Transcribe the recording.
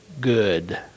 Good